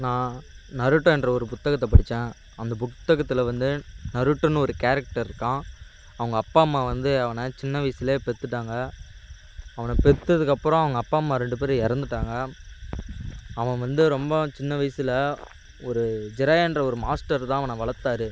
நான் நருட்டோன்ற ஒரு புத்தகத்தை படித்தேன் அந்த புத்தகத்தில் வந்து நருட்டோனு ஒரு கேரக்ட்டர் இருக்கான் அவங்க அப்பா அம்மா வந்து அவனை சின்ன வயதில் பெற்றுட்டாங்க அவனை பெற்றதுக்கப்புறம் அவங்க அப்பா அம்மா ரெண்டு பேரும் இறந்துட்டாங்க அவன் வந்து ரொம்பவும் சின்ன வயதில் ஒரு ஜெரையான்ற ஒரு மாஸ்டர் தான் அவனை வளர்த்தாரு